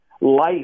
life